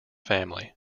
family